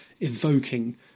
evoking